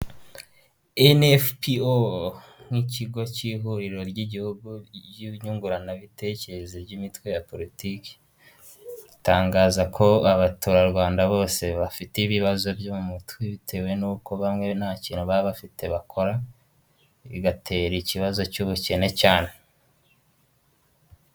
NFPO nk'ikigo cy'ihuriro ry'igihugu nyunguranabitekerezo ry'imitwe ya politiki, itangaza ko abaturarwanda bose bafite ibibazo byo mu mutwe, bitewe n'uko bamwe nta kintu baba bafite bakora, bigatera ikibazo cy'ubukene cyane.